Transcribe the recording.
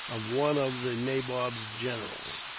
of one of the nabob's generals.